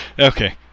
Okay